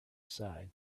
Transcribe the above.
aside